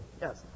Yes